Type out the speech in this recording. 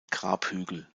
grabhügel